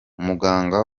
umuganga